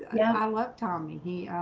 yeah, i worked on me he